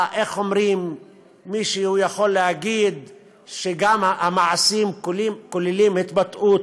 מישהו יכול להגיד שהמעשים גם כוללים התבטאות.